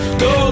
go